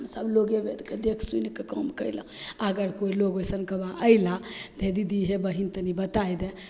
हमसभ लोकेवेदके देखि सुनिके काम कएलहुँ अगर कोइ लोक ओइसन कहीँ अएला हे दीदी हे बहिन तनि बतै दै तऽ